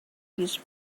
used